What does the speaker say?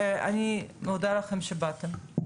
מודה לכם שבאתם,